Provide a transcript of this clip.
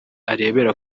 arebera